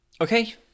Okay